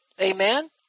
Amen